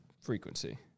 frequency